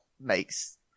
makes